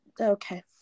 okay